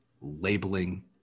labeling